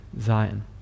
Zion